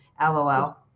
lol